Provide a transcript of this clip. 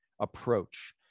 approach